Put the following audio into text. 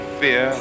fear